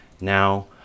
Now